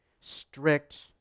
strict